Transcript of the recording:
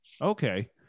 Okay